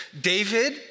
David